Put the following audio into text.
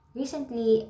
recently